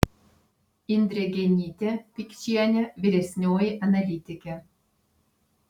indrė genytė pikčienė vyresnioji analitikė